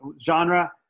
genre